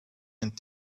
and